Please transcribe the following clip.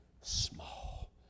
small